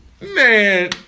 Man